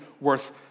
worth